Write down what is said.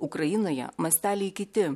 ukrainoje mąsteliai kiti